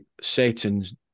Satan's